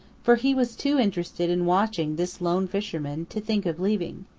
for he was too interested in watching this lone fisherman to think of leaving.